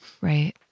right